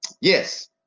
Yes